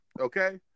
okay